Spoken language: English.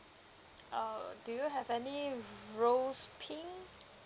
err do you have any rose pink